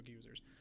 users